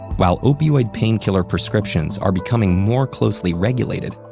while opioid painkiller prescriptions are becoming more closely regulated,